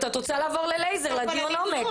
את לא מתייחסת, את רוצה לעבור ללייזר, לדיון עומק.